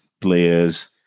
players